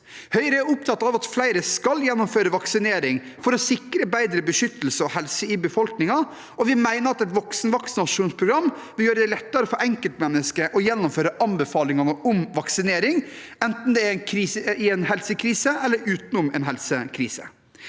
Høyre er opptatt av at flere skal gjennomføre vaksinering for å sikre bedre beskyttelse og helse i befolkningen, og vi mener at et voksenvaksinasjonsprogram vil gjøre det lettere for enkeltmennesker å gjennomføre anbefalingene om vaksinering, enten det er i eller utenom en helsekrise.